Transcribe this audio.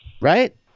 right